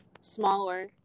smaller